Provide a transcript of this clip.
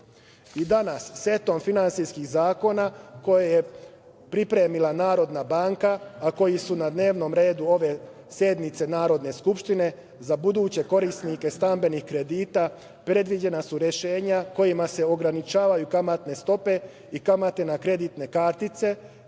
danas, setom finansijskih zakona, koje je pripremila Narodna banka, a koji su na dnevnom redu ove sednice Narodne skupštine, za buduće korisnike stambenih kredita predviđena su rešenja kojima se ograničavaju kamatne stope i kamate na kreditne kartice.